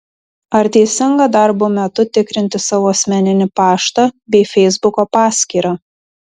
ar teisinga darbo metu tikrinti savo asmeninį paštą bei feisbuko paskyrą